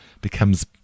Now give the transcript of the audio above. becomes